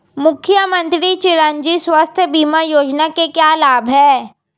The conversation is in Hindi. मुख्यमंत्री चिरंजी स्वास्थ्य बीमा योजना के क्या लाभ हैं?